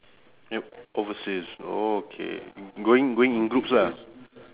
yup overseas okay going going in groups ah